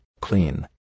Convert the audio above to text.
Clean